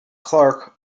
clark